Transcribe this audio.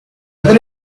other